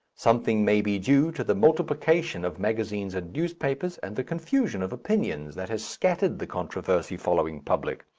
something may be due to the multiplication of magazines and newspapers, and the confusion of opinions that has scattered the controversy-following public.